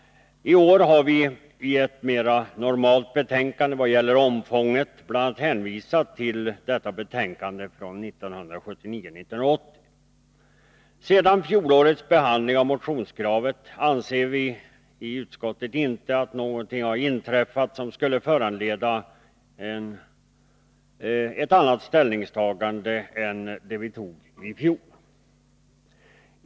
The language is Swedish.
I år har vi i ett mera normalt betänkande, i vad gäller omfånget, bl.a. hänvisat till betänkandet från 1979/80. Sedan fjolårets behandling av motionskravet anser vi i utskottet inte att någonting har inträffat som skulle föranleda ett annat ställningstagande än det vi kom fram till i fjol.